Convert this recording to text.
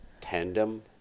tandem